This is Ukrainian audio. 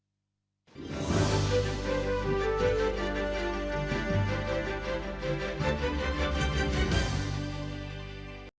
дякую.